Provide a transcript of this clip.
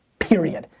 period.